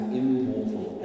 immortal